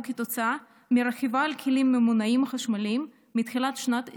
כתוצאה מרכיבה על כלים ממונעים חשמליים מתחילת שנת 2021,